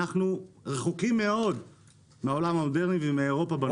אנחנו רחוקים מאוד מהעולם המודרני ומאירופה בנושא הזה.